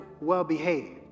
well-behaved